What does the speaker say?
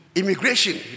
immigration